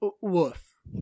Woof